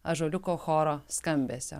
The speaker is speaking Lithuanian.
ąžuoliuko choro skambesio